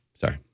sorry